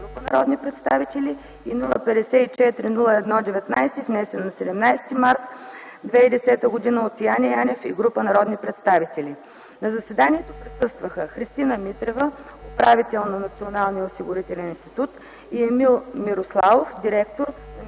група народни представители, и № 054-01-19, внесен на 17 март 2010 г. от Яне Янев и група народни представители. На заседанието присъстваха Христина Митрева – управител на Националния осигурителен институт, и Емил Мирославов – директор от